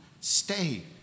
stay